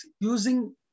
using